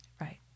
Right